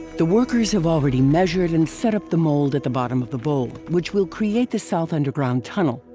the workers have already measured and set up the mold at the bottom of the bowl which will create the south underground tunnel.